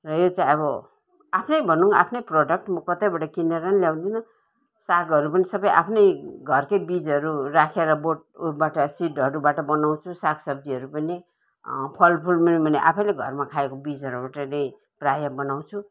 र यो चाहिँ अब आफ्नै भनौँ आफ्नै प्रोडक्ट म कतैबाट किनेर पनि ल्याउँदिनँ सागहरू पनि सबै आफ्नै घरकै बिजहरू राखेर बोट उबाट सिडहरूबाट बनाउँछु साग सब्जीहरू पनि फल फुल पनि आफैले घरमा खाएको बिजहरूबाट नै राखेर बनाउँछु